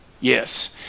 yes